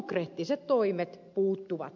konkreettiset toimet puuttuvat